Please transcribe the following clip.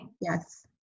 yes